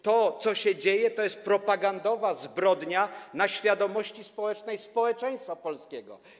To, co się dzieje, to jest propagandowa zbrodnia na świadomości społecznej społeczeństwa polskiego.